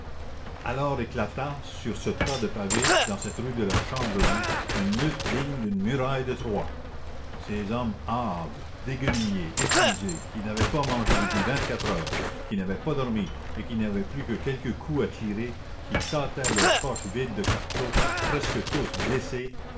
alors éclata sur ce tas de pavés dans cette rue de la chanvrerie une lutte digne d'une muraille de troie ces hommes hâves déguenillés épuisés qui n'avaient pas mangé depuis vingt-quatre heures qui n'avaient pas dormi qui n'avaient plus que quelques coups à tirer qui tâtaient leurs poches vides de cartouches presque tous blessés